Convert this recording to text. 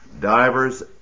Divers